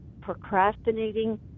procrastinating